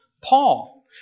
Paul